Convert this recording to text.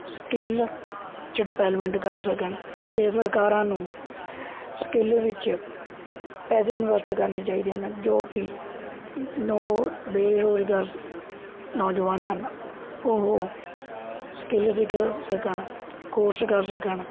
skill 'ਚ development ਕਰ ਸਕਣ ਅਤੇ ਸਰਕਾਰਾਂ ਨੂੰ ਸਕਿੱਲ ਵਿੱਚ ਪੈਸੇ ਇਨਵੈਸਟ ਕਰਨੇ ਚਾਹੀਦੇ ਹਨ ਜੋ ਕਿ ਨੋ ਬੇਰੁਜ਼ਗਾਰ ਨੌਜਵਾਨ ਹਨ ਉਹ ਸਕਿੱਲ ਸਿੱਖ ਸਕਣ ਕੋਰਸ ਕਰ ਸਕਣ